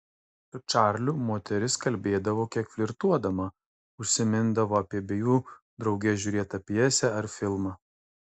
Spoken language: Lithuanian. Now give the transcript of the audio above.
su čarliu moteris kalbėdavo kiek flirtuodama užsimindavo apie abiejų drauge žiūrėtą pjesę ar filmą